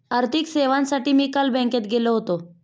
आर्थिक सेवांसाठी मी काल बँकेत गेलो होतो